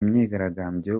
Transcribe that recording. myigaragambyo